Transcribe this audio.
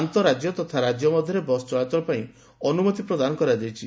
ଆନ୍ତଃରାକ୍ୟ ତଥା ରାକ୍ୟ ମଧ୍ଧରେ ବସ୍ ଚଳାଚଳ ପାଇଁ ଅନୁମତି ପ୍ରଦାନ କରାଯାଇଛି